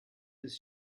his